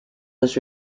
was